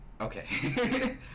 okay